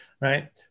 right